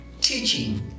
teaching